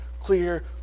clear